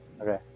okay